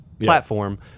platform